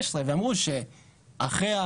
פרסומים או דברים כאלה שאנחנו נתקלים בהם בעצמנו.